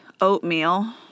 oatmeal